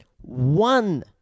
one